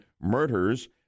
murders